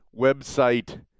website